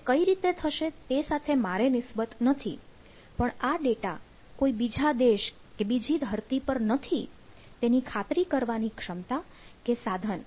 તે કઈ રીતે થશે તે સાથે મારે નિસ્બત નથી પણ આ ડેટા કોઈ બીજા દેશ કે બીજી ધરતી પર નથી તેની ખાતરી કરવાની ક્ષમતા કે સાધન